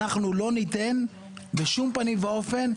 אנחנו לא ניתן בשום פנים ואופן,